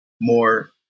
more